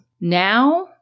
Now